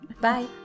bye